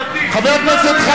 חבר הכנסת נסים זאב.